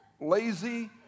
lazy